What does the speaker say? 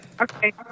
Okay